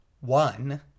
one